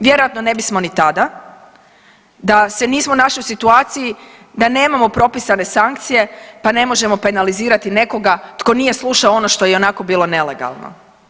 Vjerojatno ne bismo ni tada, da se nismo našli u situaciji da nemamo propisane sankcije pa ne možemo penalizirati nekoga tko nije slušao ono što je ionako bilo nelegalno.